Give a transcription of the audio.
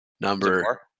number